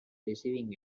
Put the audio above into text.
receiving